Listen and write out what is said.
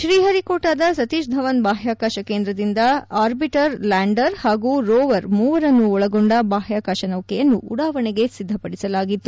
ಶ್ರೀಹರಿಕೋಟಾದ ಸತೀಶಧವನ್ ಬಾಹ್ವಾಕಾಶ ಕೇಂದ್ರದಿಂದ arbiter lander ಹಾಗೂ ರೋವರ್ ಮೂರನ್ನೂ ಒಳಗೊಂಡ ಬಾಹ್ನಾಕಾಶ ನೌಕೆಯನ್ನು ಉಡಾವಣೆಗೆ ಸಿದ್ದಪಡಿಸಲಾಗಿತ್ತು